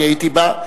אני הייתי בה,